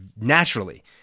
naturally